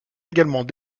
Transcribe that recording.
également